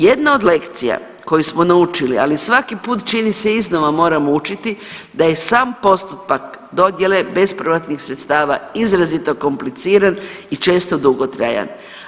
Jedna od lekcija koju smo naučili, ali svaki put čini se iznova moramo učiti da je sam postupak dodjele bespovratnih sredstava izrazito kompliciran i često dugotrajan.